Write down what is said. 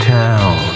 town